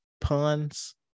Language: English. puns